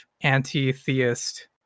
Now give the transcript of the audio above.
anti-theist